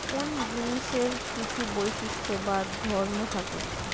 কোন জিনিসের কিছু বৈশিষ্ট্য বা ধর্ম থাকে